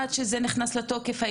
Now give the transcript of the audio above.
עד שההסכם נכנס לתוקף,